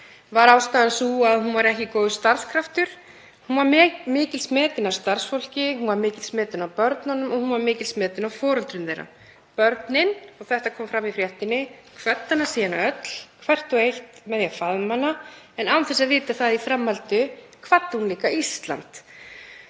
Var ástæðan sú að hún væri ekki góður starfskraftur? Hún var mikils metin af starfsfólki, var mikils metin af börnunum og hún var mikils metin af foreldrum þeirra. Börnin, og þetta kom fram í fréttinni, kvöddu hana síðan öll hvert og eitt með því að faðma hana en án þess að vita að í framhaldi kvaddi hún líka Ísland.